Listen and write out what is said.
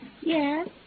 Yes